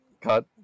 Cut